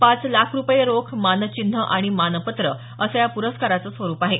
पाच लाख रूपये रोख मानचिन्ह आणि मानपत्र असं या प्रस्काराचं स्वरुप आहे